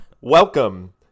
welcome